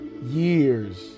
Years